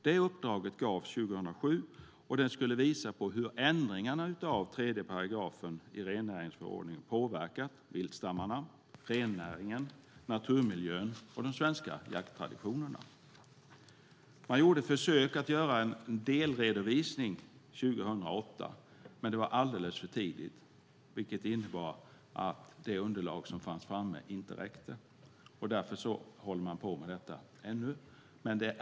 Det uppdraget gavs 2007 och skulle visa hur ändringarna av 3 § rennäringsförordningen påverkat viltstammarna, rennäringen, naturmiljön och den svenska jakttraditionen. Man försökte göra en delredovisning 2008, men det var alldeles för tidigt. Det underlag som fanns framme räckte inte. Därför håller man fortfarande på med detta.